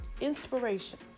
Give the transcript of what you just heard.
Inspiration